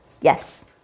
Yes